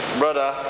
brother